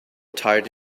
tired